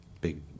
big